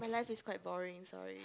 life is quite boring sorry